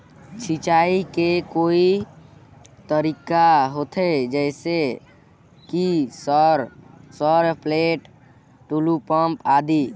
सिंचाई के कई तरीका होथे? जैसे कि सर सरपैट, टुलु पंप, आदि?